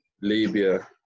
Libya